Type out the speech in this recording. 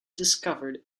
discovered